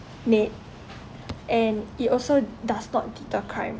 made and it also does not deter crime